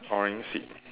orange seat